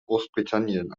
großbritannien